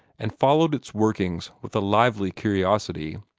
and followed its workings with a lively curiosity.